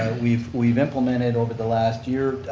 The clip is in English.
we've we've implemented over the last year,